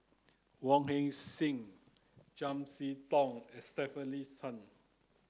Wong Heck Sing Chiam See Tong and Stefanie Sun